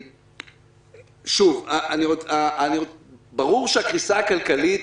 ברור שהקריסה הכלכלית